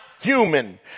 human